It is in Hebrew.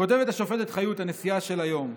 כותבת השופטת חיות, הנשיאה של היום: